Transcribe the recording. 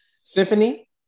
Symphony